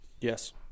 Yes